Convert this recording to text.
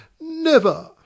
never